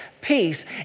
peace